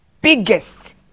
biggest